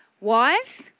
Wives